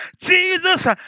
Jesus